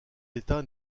état